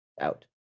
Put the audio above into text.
out